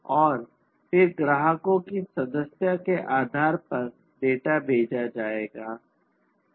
और फिर ग्राहकों से सदस्यता के आधार पर डेटा भेजा जा रहा है